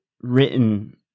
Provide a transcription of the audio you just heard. written